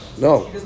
No